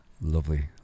lovely